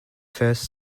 first